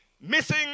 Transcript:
missing